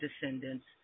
descendants